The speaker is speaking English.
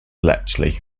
bletchley